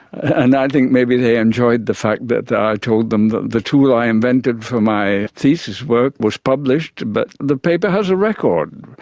and i think maybe they enjoyed the fact that i told them the the tool i invented for my thesis work was published, but the paper has a record.